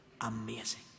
amazing